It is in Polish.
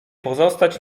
pozostać